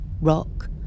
rock